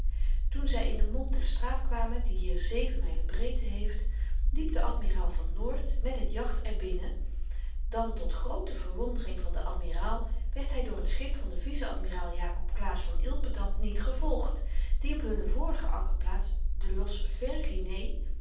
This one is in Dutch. toen zy in den mond der straat kwamen die hier zeven mijlen breedte heeft liep de admiraal van noort met het jagt er binnen dan tot groote verwondering van den admiraal werd hy door het schip van den vice-admiraal jakob claesz van ilpendam niet gevolgd die op hunne vorige ankerplaats de